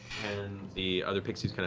and the other pixies